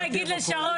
לא, צריך להגיד לשרון